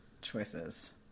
choices